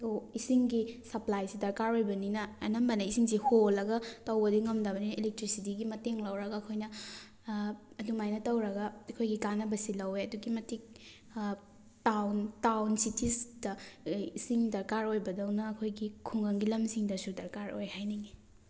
ꯏꯁꯤꯡꯒꯤ ꯁꯞꯄ꯭ꯂꯥꯏꯁꯤ ꯗꯔꯀꯥꯔ ꯑꯣꯏꯕꯅꯤꯅ ꯑꯅꯝꯕꯅ ꯏꯁꯤꯡꯁꯤ ꯍꯣꯜꯂꯒ ꯇꯧꯕꯗꯤ ꯉꯝꯗꯕꯅꯤꯅ ꯑꯦꯂꯦꯛꯇ꯭ꯔꯤꯁꯤꯇꯤꯒꯤ ꯃꯇꯦꯡ ꯂꯧꯔꯒ ꯑꯩꯈꯣꯏꯅ ꯑꯗꯨꯃꯥꯏꯅ ꯇꯧꯔꯒ ꯑꯩꯈꯣꯏꯒꯤ ꯀꯥꯟꯅꯕꯁꯤ ꯂꯧꯋꯦ ꯑꯗꯨꯛꯀꯤ ꯃꯇꯤꯛ ꯇꯥꯎꯟ ꯇꯥꯎꯟ ꯁꯤꯇꯤꯖꯇ ꯏꯁꯤꯡ ꯗꯔꯀꯥꯔ ꯑꯣꯏꯕꯗꯧꯅ ꯑꯩꯈꯣꯏꯒꯤ ꯈꯨꯡꯒꯪꯒꯤ ꯂꯝꯁꯤꯡꯗꯁꯨ ꯗꯔꯀꯥꯔ ꯑꯣꯏ ꯍꯥꯏꯅꯤꯡꯉꯤ